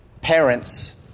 parents